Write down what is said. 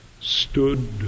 stood